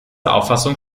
auffassung